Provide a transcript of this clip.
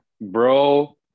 bro